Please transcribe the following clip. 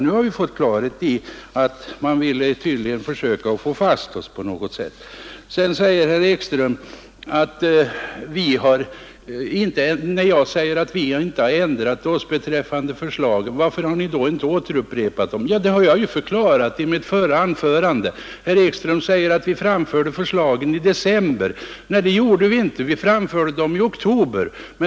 Nu har vi fått klarhet i att man tydligen ville försöka få fast oss på något sätt. Sedan frågar herr Ekström när jag säger att vi inte har ändrat oss beträffande förslagen: Varför har ni då inte upprepat dem? Ja, det har jag förklarat i mitt förra anförande. Herr Ekström säger att vi framförde förslagen i december. Nej, det gjorde vi inte. Vi framförde dem i oktober.